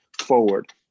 forward